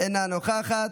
אינה נוכחת,